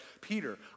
peter